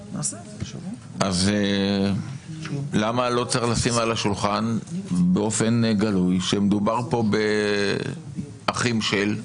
אז למה לא צריך לשים על השולחן באופן גלוי שמדובר פה באחים של,